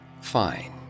Fine